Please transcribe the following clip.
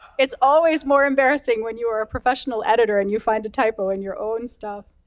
it's always more embarrassing when you are a professional editor, and you find a typo in your own stuff.